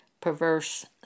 perverse